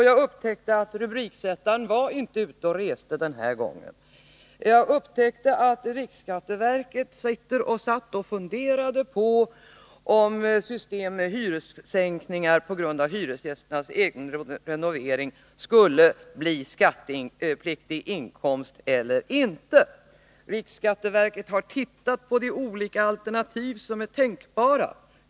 Jag upptäckte att rubriksättaren inte var ute och reste denna gång, utan att riksskatteverket funderar på om systemet med hyressänkningar på grund av hyresgästernas egen renovering skulle bli skattepliktig inkomst eller inte. ”Riksskatteverket har tittat på de olika alternativ som är tänkbara.